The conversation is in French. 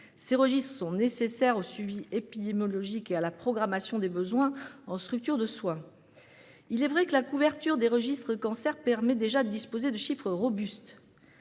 Ces registres sont nécessaires au suivi épidémiologique et à la programmation des besoins en structures de soins. Il est vrai que la couverture des registres de cancers permet déjà de disposer de chiffres robustes.